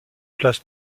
place